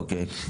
אוקיי.